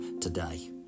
today